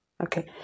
okay